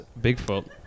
Bigfoot